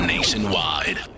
Nationwide